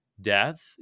death